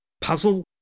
puzzle